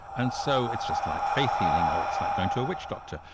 and so it's just like faith healing, or it's like going to a witch doctor.